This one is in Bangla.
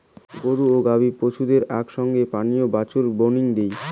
গরু ও গবাদি পছুদেরকে আক সঙ্গত পানীয়ে বাছুর বংনি দেই